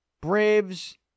Braves